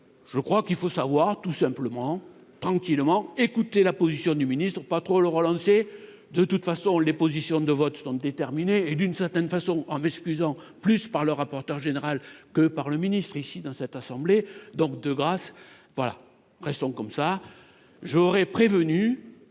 je crois qu'il faut savoir tout simplement, tranquillement, écoutez la position du ministre ou pas trop le relancer, de toute façon, les positions de votre et d'une certaine façon, en m'excusant plus par le rapporteur général que par le ministre ici dans cette assemblée, donc, de grâce, voilà pression comme ça j'aurais prévenu